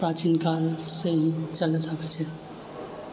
प्राचीनकालसँ ही चलैत आबै छै